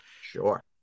Sure